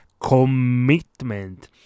Commitment